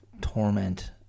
torment